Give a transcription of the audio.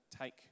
take